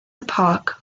epoch